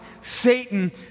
Satan